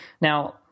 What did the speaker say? Now